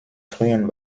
frühen